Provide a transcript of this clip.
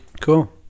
Cool